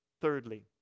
Thirdly